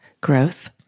growth